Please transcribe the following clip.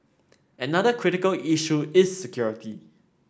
another critical issue is security